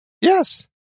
yes